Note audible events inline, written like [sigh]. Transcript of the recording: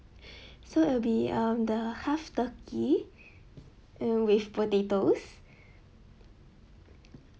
[breath] so it'll be um the half turkey and with potatoes